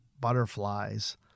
butterflies